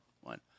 one